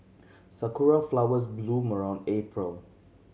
sakura flowers bloom around April